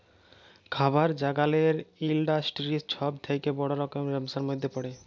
খাবার জাগালের ইলডাসটিরি ছব থ্যাকে বড় রকমের ব্যবসার ম্যধে পড়ে